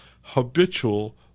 habitual